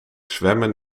zwemmen